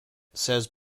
says